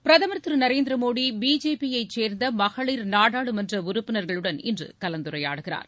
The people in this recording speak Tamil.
பிரதுர் திரு நரேந்திர மோடி பிஜேபியைச் சேர்ந்த மகளிர் நாடாளுமன்ற உறுப்பினர்களுடன் இன்று கலந்துரையாடுகிறார்